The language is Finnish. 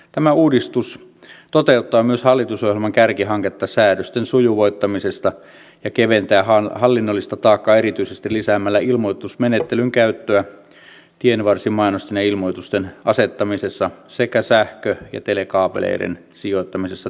tämä uudistus toteuttaa myös hallitusohjelman kärkihanketta säädösten sujuvoittamisesta ja keventää hallinnollista taakkaa erityisesti lisäämällä ilmoitusmenettelyn käyttöä tienvarsimainosten ja ilmoitusten asettamisessa sekä sähkö ja telekaapeleiden sijoittamisessa tiealueelle